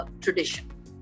tradition